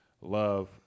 love